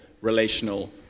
relational